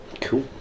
Cool